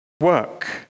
Work